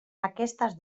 aquestes